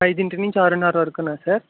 ఐదింటి నుంచి ఆరున్నర వరుకునా సార్